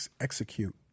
execute